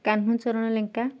Kanhucharan Lenka